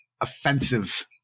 offensive